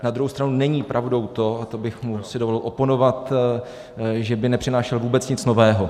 Na druhou stranu není pravdou to, a to bych si mu dovolil oponovat, že by nepřinášel vůbec nic nového.